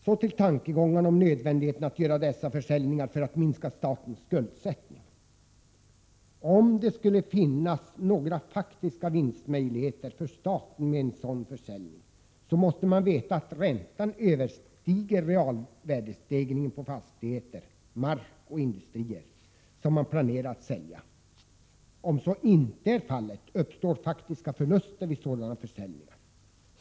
Så till tankegångarna om nödvändigheten att göra dessa försäljningar för att minska statens skuldsättning. Om det skall finnas några faktiska vinstmöjligheter för staten med en sådan försäljning, måste man veta att räntan överstiger realvärdestegringen på fastigheter, mark och industrier som man planerar att sälja. Om så inte är fallet, uppstår faktiska förluster vid sådana försäljningar.